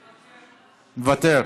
מוותר.